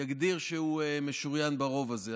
לא יגדיר שהוא משוריין ברוב הזה.